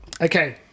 Okay